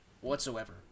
whatsoever